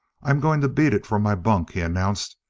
i'm going to beat it for my bunk, he announced.